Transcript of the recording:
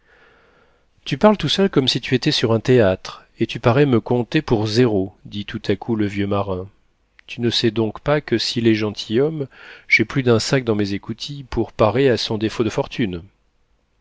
tu parles tout seul comme si tu étais sur un théâtre et tu parais me compter pour zéro dit tout à coup le vieux marin tu ne sais donc pas que s'il est gentilhomme j'ai plus d'un sac dans ces écoutilles pour parer à son défaut de fortune